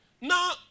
Now